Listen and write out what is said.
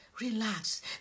Relax